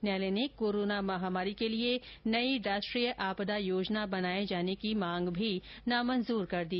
न्यायालय ने कोरोना महामारी के लिए नयी राष्ट्रीय आपदा योजना बनाये जाने की मांग भी नामंजूर कर दी